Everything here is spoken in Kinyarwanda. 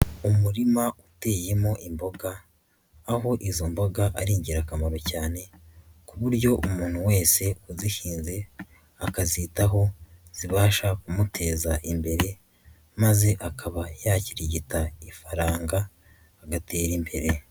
Umurima uteyemo imboga, aho izo mboga ari ingirakamaro cyane, ku buryo umuntu wese uzihinze akazitaho, zibasha kumuteza imbere maze akaba yakirigita ifaranga, agatera imbere.